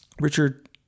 Richard